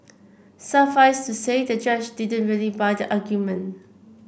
suffice to say the judge didn't really buy the argument